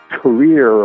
career